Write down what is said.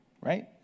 right